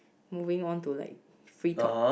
moving on to like free talk